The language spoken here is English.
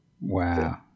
Wow